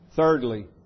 thirdly